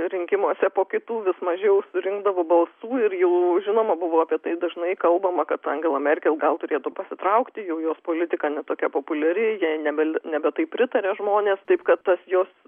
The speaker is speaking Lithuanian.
rinkimuose po kitų vis mažiau surinkdavo balsų ir jau žinoma buvo apie tai dažnai kalbama kad angela merkel gal turėtų pasitraukti jau jos politika ne tokia populiari jei ne gal nebe taip pritaria žmonės taip kad tas jos